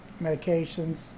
medications